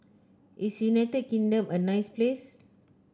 is United Kingdom a nice place